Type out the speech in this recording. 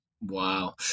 Wow